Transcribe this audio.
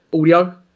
audio